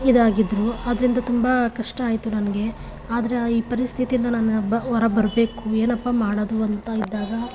ಇದಾಗಿದ್ದರು ಅದರಿಂದ ತುಂಬ ಕಷ್ಟ ಆಯಿತು ನನಗೆ ಆದರೆ ಈ ಪರಿಸ್ಥಿತಿಯಿಂದ ನಾನು ಬ್ ಹೊರಗ್ ಬರಬೇಕು ಏನಪ್ಪಾ ಮಾಡೋದು ಅಂತ ಇದ್ದಾಗ